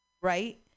Right